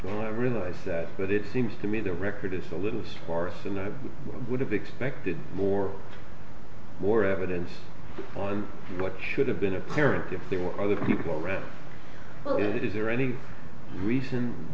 and i realize that but it seems to me the record is a little sparse and i would have expected more more evidence on what should have been apparent if there were other people around it is there any reason